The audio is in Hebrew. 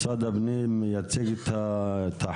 משרד הפנים יציג את החוק.